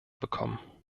bekommen